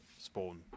Spawn